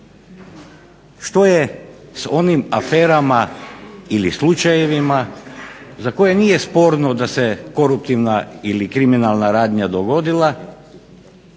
što je s onim aferama ili slučajevima za koje nije sporno da se koruptivna ili kriminalna radnja dogodila,